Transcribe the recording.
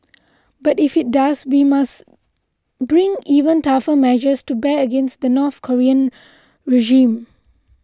but if it does we must bring even tougher measures to bear against the North Korean regime